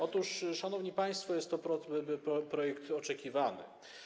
Otóż, szanowni państwo, jest to projekt oczekiwany.